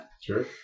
Sure